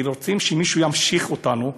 כי אנחנו רוצים שמישהו ימשיך אותנו.